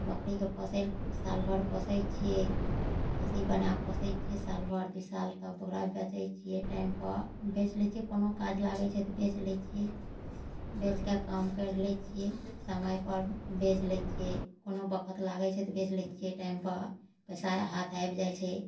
बकरीके पोसै लए सालभरि पोसै छियै खस्सी बनाकऽ पोसै छियै सालभरि दू साल तब ओकरा बेचै छियै टाइम पर बेच लै छियै कोनो काज लागै छै तऽ बेच लै छियै बेचके काम करि लै छियै समय पर बेच लै छियै कोनो बखत लागै छै तऽ बेच लै छियै टाइम पर पैसा हाथ आबि जाइ छै